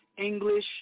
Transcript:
English